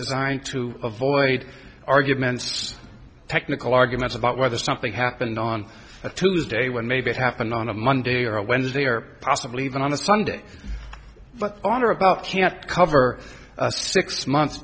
designed to avoid arguments just technical arguments about whether something happened on a tuesday when maybe it happened on a monday or a wednesday or possibly even on a sunday but on or about can't cover six months